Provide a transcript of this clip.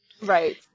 Right